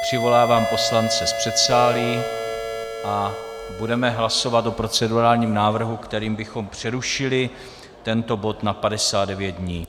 Přivolávám poslance z předsálí a budeme hlasovat o procedurálním návrhu, kterým bychom přerušili tento bod na 59 dní.